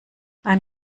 ein